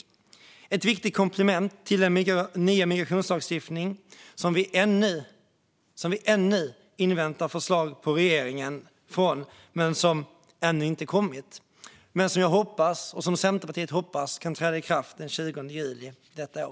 Det är ett viktigt komplement till den nya migrationslagstiftning som vi ännu inväntar förslag från regeringen om men som inte har kommit. Jag och Centerpartiet hoppas verkligen att den ska kunna träda i kraft den 20 juli detta år.